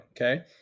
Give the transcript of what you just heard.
okay